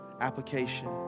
application